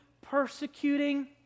persecuting